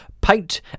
paint